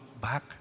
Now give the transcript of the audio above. back